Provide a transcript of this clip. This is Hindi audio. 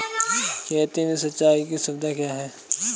खेती में सिंचाई की सुविधा क्या है?